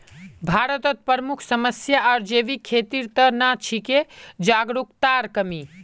भारतत प्रमुख समस्या आर जैविक खेतीर त न छिके जागरूकतार कमी